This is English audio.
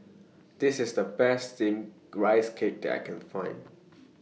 This IS The Best Steamed Rice Cake that I Can Find